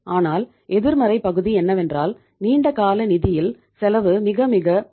ஆனால் எதிர்மறை பகுதி என்னவென்றால் நீண்டகால நிதியில் செலவு மிக மிக உயர்ந்ததாகும்